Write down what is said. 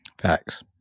Facts